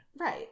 Right